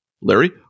Larry